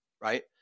right